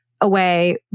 away